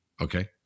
okay